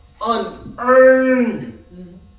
unearned